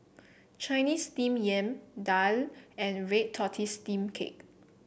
Chinese Steamed Yam daal and Red Tortoise Steamed Cake